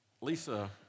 Lisa